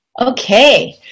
Okay